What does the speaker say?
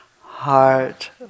heart